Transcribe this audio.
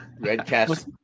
Redcast